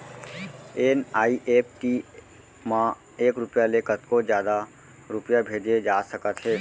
NEFT म एक रूपिया ले कतको जादा रूपिया भेजे जा सकत हे